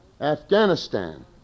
Afghanistan